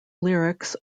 lyrics